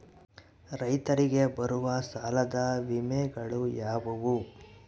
ರೈತರಿಗೆ ಬರುವ ಸಾಲದ ವಿಮೆಗಳು ಯಾವುವು?